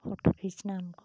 photo खींचना